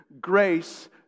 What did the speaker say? Grace